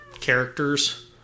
characters